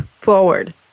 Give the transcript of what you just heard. forward